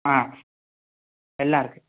ஆ எல்லாம் இருக்கு